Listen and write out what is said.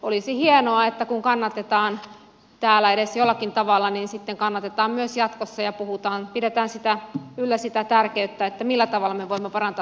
olisi hienoa että kun kannatetaan täällä edes jollakin tavalla niin sitten kannatetaan myös jatkossa ja pidetään yllä sen tärkeyttä millä tavalla me voimme parantaa